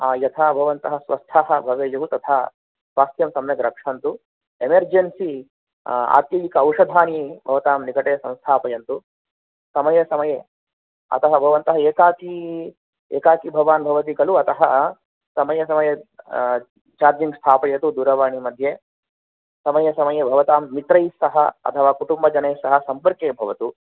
यथा भवन्तः स्वस्थाः भवेयुः तथा स्वास्थ्यं सम्यग्रक्षन्तु एमेर्जेन्सि आत्यदिक औषधानि भवतां निकटे संस्थापयन्तु समये समये अतः भवन्तः एकाकी एकाकी भवान् भवति खलु अतः समये समये चार्जिङ्ग् स्थापयतु दूरवाणि मध्ये समये समये भवतां मित्रैस्सह अथवा कुटुम्बजनैस्सह सम्पर्के भवतु